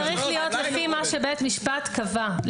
זה צריך להיות לפי מה שבית משפט קבע.